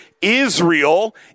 Israel